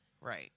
Right